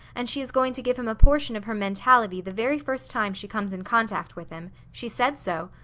and she is going to give him a portion of her mentality the very first time she comes in contact with him. she said so.